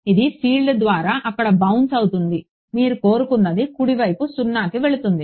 ఇది ఫీల్డ్ ద్వారా అక్కడ బౌన్స్ అవుతుంది మీరు కోరుకున్నది కుడివైపు 0కి వెళుతుంది